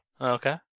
Okay